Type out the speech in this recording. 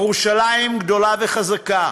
ירושלים גדולה וחזקה